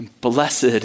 Blessed